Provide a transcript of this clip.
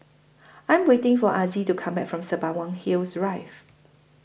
I'm waiting For Azzie to Come Back from Sembawang Hills Rive